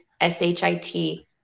s-h-i-t